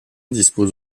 dispose